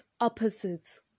opposites